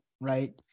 right